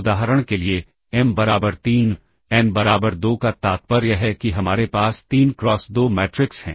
उदाहरण के लिए एम बराबर 3 एन बराबर 2 का तात्पर्य है कि हमारे पास 3 क्रॉस 2 मैट्रिक्स हैं